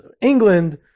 England